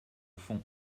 fond